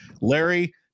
Larry